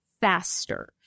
faster